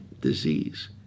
disease